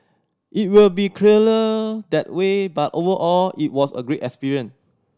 it will be clearer that way but overall it was a great experience